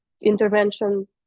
intervention